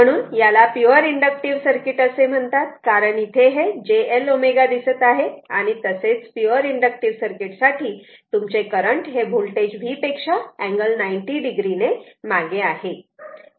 म्हणून याला pure inductive circuit असे म्हणतात कारण इथे हे j L ω दिसत आहे आणि तसेच पिवर इंडक्टिव्ह सर्किट साठी तुमचे करंट हे होल्टेज V पेक्षा अँगल 90 o ने मागे आहे